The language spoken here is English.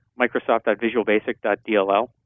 Microsoft.VisualBasic.dll